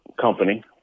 company